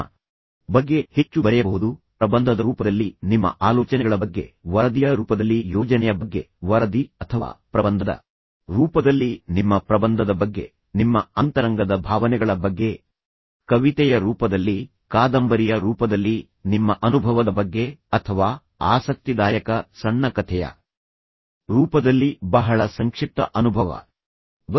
ಆದ್ದರಿಂದ ನೀವು ಡೈರಿಯಲ್ಲಿ ನಿಮ್ಮ ಬಗ್ಗೆ ಹೆಚ್ಚು ಬರೆಯಬಹುದು ಪ್ರಬಂಧದ ರೂಪದಲ್ಲಿ ನಿಮ್ಮ ಆಲೋಚನೆಗಳ ಬಗ್ಗೆ ವರದಿಯ ರೂಪದಲ್ಲಿ ಯೋಜನೆಯ ಬಗ್ಗೆ ವರದಿ ಅಥವಾ ಪ್ರಬಂಧದ ರೂಪದಲ್ಲಿ ನಿಮ್ಮ ಪ್ರಬಂಧದ ಬಗ್ಗೆ ನಿಮ್ಮ ಅಂತರಂಗದ ಭಾವನೆಗಳ ಬಗ್ಗೆ ಕವಿತೆಯ ರೂಪದಲ್ಲಿ ಕಾದಂಬರಿಯ ರೂಪದಲ್ಲಿ ನಿಮ್ಮ ಅನುಭವದ ಬಗ್ಗೆ ಅಥವಾ ಆಸಕ್ತಿದಾಯಕ ಸಣ್ಣ ಕಥೆಯ ರೂಪದಲ್ಲಿ ಬಹಳ ಸಂಕ್ಷಿಪ್ತ ಅನುಭವ ಬಗ್ಗೆ